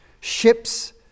ships